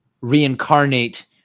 reincarnate